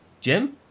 Jim